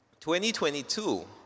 2022